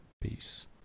peace